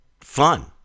fun